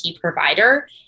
provider